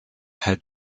had